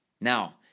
Now